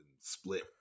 split